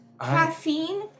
caffeine